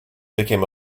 became